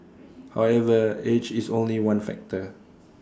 however age is only one factor